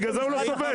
בגלל זה הוא לא שובת.